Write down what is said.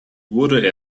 wurde